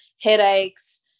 headaches